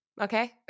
okay